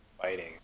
fighting